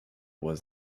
was